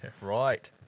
Right